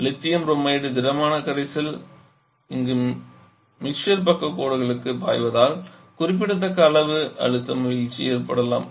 lithium புரோமைட்டின் திடமான கரைசல் இந்த மிக்சர் பக்கக் கோடுகளுக்குப் பாய்வதால் குறிப்பிடத்தக்க அளவு அழுத்தம் வீழ்ச்சி ஏற்படலாம்